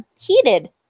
heated